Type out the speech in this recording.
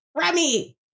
Remy